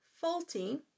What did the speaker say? faulty